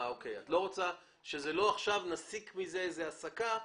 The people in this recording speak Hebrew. את לא רוצה עכשיו נסיק מזה מסקנה.